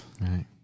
right